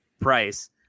price